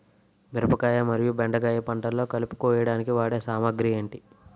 మిరపకాయ మరియు బెండకాయ పంటలో కలుపు కోయడానికి వాడే సామాగ్రి ఏమిటి?